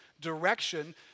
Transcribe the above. direction